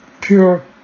pure